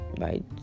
right